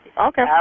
Okay